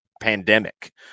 pandemic